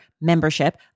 membership